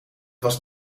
was